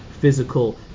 physical